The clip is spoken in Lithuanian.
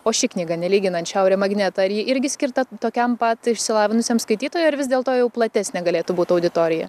o ši knyga nelyginant šiaurė magnetą ar ji irgi skirta tokiam pat išsilavinusiam skaitytojui ar vis dėlto jau platesnė galėtų būt auditorija